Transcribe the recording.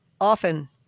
often